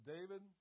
David